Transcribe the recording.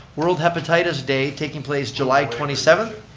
world hepatitis day, taking place july twenty seventh.